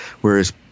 whereas